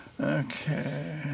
Okay